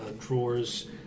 drawers